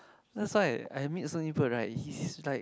that's why I meet so many people right he is like